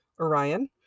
Orion